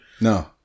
No